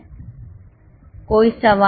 कोई सवाल